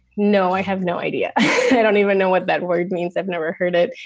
no, i have no idea. i don't even know what that word means. i've never heard it.